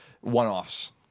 one-offs